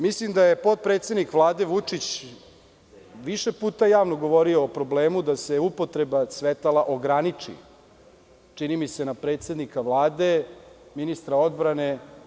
Mislim da je potpredsednik Vlade, Vučić više puta javno govorio o problemu da se upotreba svetala ograniči, čini mi se na predsednika Vlade, ministra odbrane.